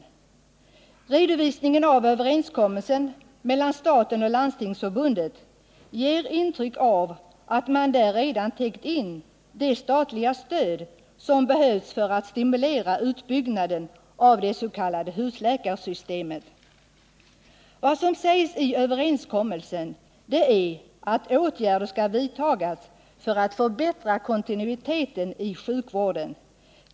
I Redovisningen av överenskommelsen mellan staten och Landstings 191 förbundet ger intryck av att man där redan täckt in det statliga stöd som behövs för att stimulera uppbyggnaden av det s.k. husläkarsystemet. Vad som sägs i överenskommelsen är att åtgärder skall vidtas för att förbättra kontinuiteten i sjukvården.